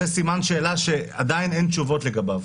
זה סימן שאלה שעדיין אין תשובות לגביו.